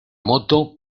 moto